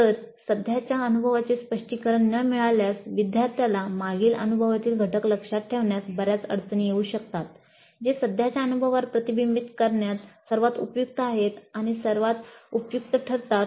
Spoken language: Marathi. जर सध्याच्या अनुभवाचे स्पष्टीकरण न मिळाल्यास विद्यार्थ्याला मागील अनुभवातील घटक लक्षात ठेवण्यास बर्याच अडचणी येऊ शकतात जे सध्याच्या अनुभवावर प्रतिबिंबित करण्यात सर्वात उपयुक्त आहेत आणि सर्वात उपयुक्त ठरतात